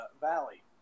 Valley